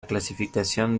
clasificación